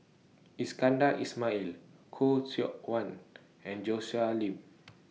Iskandar Ismail Khoo Seok Wan and Joshua Ip